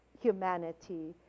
humanity